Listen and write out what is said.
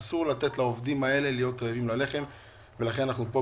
אסור לתת לעובדים האלה להיות רעבים ללחם ולכן אנחנו כאן,